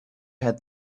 had